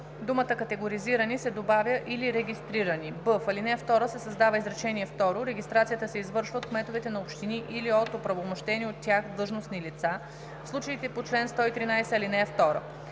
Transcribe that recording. думата „категоризирани“ се добавя „или регистрирани“; б) в ал. 2 се създава изречение второ: „Регистрацията се извършва от кметовете на общини или от оправомощени от тях длъжностни лица – в случаите по чл. 113, ал. 2.“